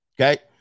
okay